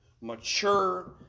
mature